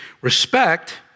respect